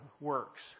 works